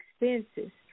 expenses